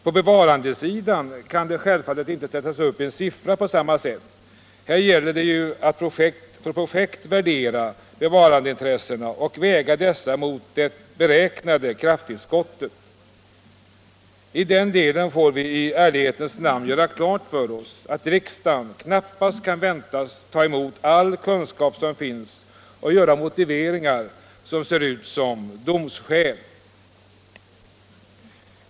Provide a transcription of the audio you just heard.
På bevarandesidan kan man självfallet inte sätta upp en siffra på samma sätt — här gäller det ju i stället att projekt för projekt värdera bevarandeintressena och väga dessa mot det beräknade krafttillskottet. I den delen får vi i ärlighetens namn göra klart för oss att riksdagen knappast kan väntas ta emot all kunskap som finns och göra motiveringar som ser ut som domskäl.